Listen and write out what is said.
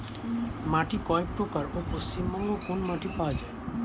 মাটি কয় প্রকার ও পশ্চিমবঙ্গ কোন মাটি পাওয়া য়ায়?